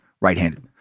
right-handed